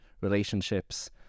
relationships